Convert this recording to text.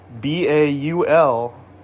B-A-U-L